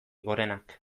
gorenak